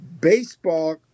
baseball